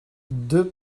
deux